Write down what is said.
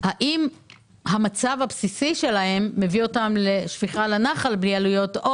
האם המצב הבסיסי שלהם מביא אותם לשפיכה נחל בלי עלויות,